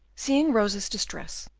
seeing rosa's distress,